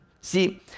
see